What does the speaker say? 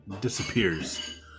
disappears